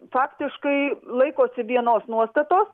faktiškai laikosi vienos nuostatos